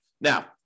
Now